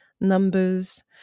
numbers